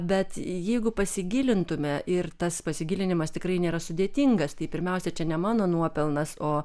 bet jeigu pasigilintume ir tas pasigilinimas tikrai nėra sudėtingas tai pirmiausia čia ne mano nuopelnas o